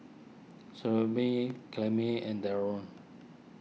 and Darron